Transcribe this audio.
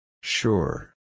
Sure